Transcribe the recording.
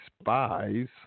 spies